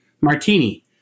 Martini